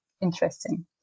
interesting